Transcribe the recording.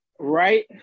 Right